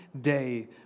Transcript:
day